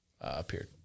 appeared